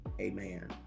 amen